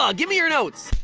ah give me your notes.